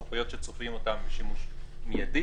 סמכויות שצופים להן שימוש מיידי,